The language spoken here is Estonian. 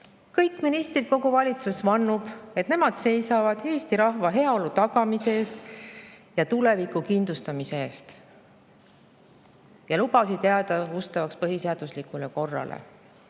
Kõik ministrid, kogu valitsus vannub, et nemad seisavad Eesti rahva heaolu tagamise eest ja tuleviku kindlustamise eest. Nad lubasid jääda ustavaks põhiseaduslikule korrale.